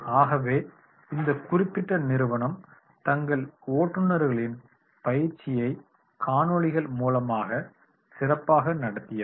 ஆகவே இந்த குறிப்பிட்ட நிறுவனம் தங்கள் ஓட்டுநர்களின் பயிற்சியை காணொளிகள் மூலமாக சிறப்பாக நடத்தியது